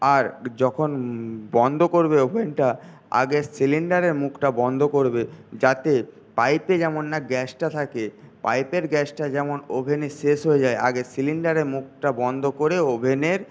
আর যখন বন্ধ করবে ওভেনটা আগে সিলিন্ডারের মুখটা বন্ধ করবে যাতে পাইপে যেন না গ্যাসটা থাকে পাইপের গ্যাসটা যেন ওভেনে শেষ হয়ে যায় আগে সিলিন্ডারের মুখটা বন্ধ করে ওভেনের